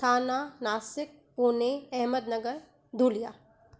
Thane Nashik Pune Ahmednagar Dhulia